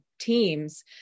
teams